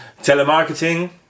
Telemarketing